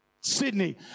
Sydney